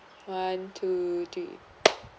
one two three